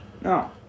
No